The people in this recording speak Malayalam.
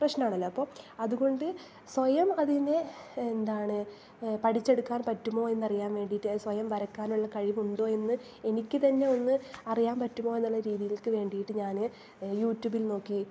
പ്രശ്ന മാണല്ലോ അപ്പോൾ അതു കൊണ്ട് സ്വയം അതിനെ എന്താണ് പഠിച്ചെടുക്കാൻ പറ്റുമോ എന്ന് അറിയാൻ വേണ്ടിയിട്ട് അത് സ്വയം വരക്കാനുള്ള കഴിവ് ഉണ്ടോ എന്ന് എനിക്ക് തന്നെ ഒന്ന് അറിയാൻ പറ്റുമോ എന്നുള്ള രീതിയിലേക്ക് വേണ്ടിയിട്ട് ഞാൻ യുട്യൂബിൽ നോക്കി